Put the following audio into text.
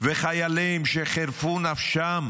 וחיילים שחירפו נפשם?